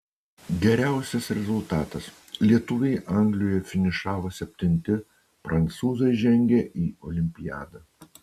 geriausias rezultatas lietuviai anglijoje finišavo septinti prancūzai žengė į olimpiadą